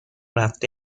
رفته